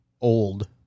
old